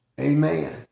Amen